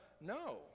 No